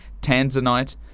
Tanzanite